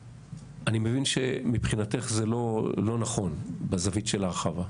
אני מבין שמבחינתך זה לא נכון, בזווית שלך, חוה.